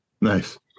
Nice